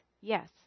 Yes